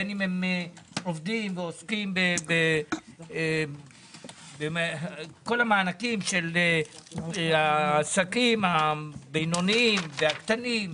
בין אם הם עובדים ועוסקים בכל המענקים של העסקים הבינוניים והקטנים,